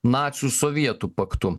nacių sovietų paktu